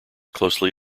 closely